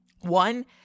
one